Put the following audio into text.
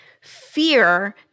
fear